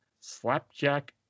Slapjack